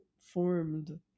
formed